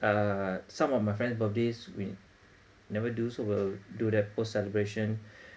uh some of my friends' birthdays we never do so we'll do post celebration